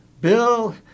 Bill